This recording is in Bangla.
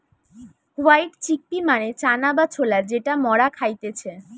হোয়াইট চিকপি মানে চানা বা ছোলা যেটা মরা খাইতেছে